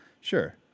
Sure